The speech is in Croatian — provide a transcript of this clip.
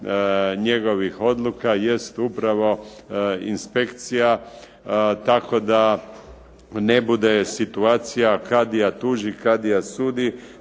njegovih odluka jest upravo inspekcija tako da ne bude situacija kadija tuži kadija sudi,